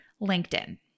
LinkedIn